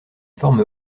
forme